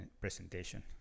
presentation